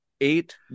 Eight